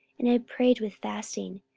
and had prayed with fasting,